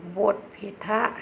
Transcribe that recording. Barpeta